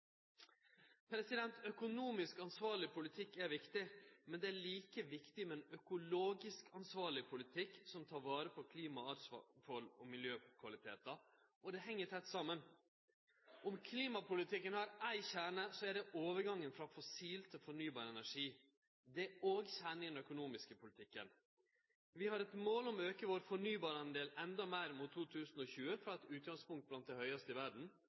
Økonomisk ansvarleg politikk er viktig, men det er like viktig med ein økologisk ansvarleg politikk som tek vare på klimaforhold og miljøkvalitetar, og det heng tett saman. Om klimapolitikken har ein kjerne, så er det overgangen frå fossil til fornybar energi. Det er òg kjernen i den økonomiske politikken. Vi har eit mål om å auke vår fornybardel endå meir mot 2020, frå eit utgangspunkt bland dei høgaste i verda.